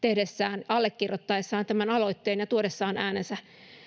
allekirjoittaessaan tämän aloitteen ja tuodessaan äänensä